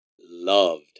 loved